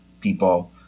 people